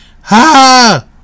Ha